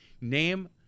Name